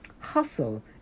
hustle